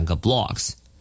blocks